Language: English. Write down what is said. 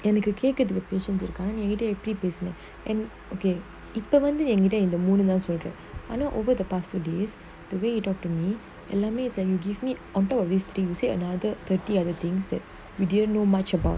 and you could take it to the நீஎன்கிட்டஎப்படிபேசுனஇப்போவந்துஇந்தமூணுமாசம்:nee enkita epdi pesuna indha moonu masam business and it okay literally I needed in the moonlight soldier !hanna! over the past two days the way you talk to me and let me tell you you give me on top of this thing you said another thing other things that we didn't know much about